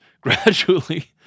Gradually